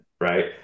right